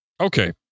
Okay